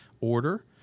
order